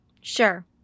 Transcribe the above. Sure